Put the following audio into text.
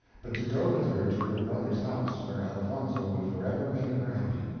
but to go with her to her brother's house, where elfonzo would forever make her happy.